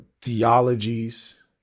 theologies